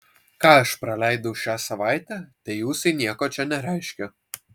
ką aš praleidau šią savaitę tai ūsai nieko čia nereiškia